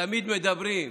תמיד מדברים,